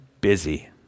busy